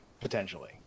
potentially